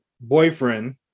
boyfriend